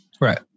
Right